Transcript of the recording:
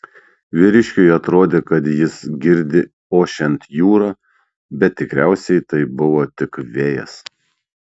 vyriškiui atrodė kad jis girdi ošiant jūrą bet tikriausiai tai buvo tik vėjas